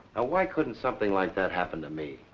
ah why couldn't something like that happen to me?